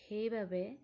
সেইবাবে